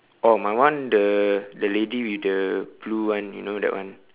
oh my one the the lady with the blue one you know that one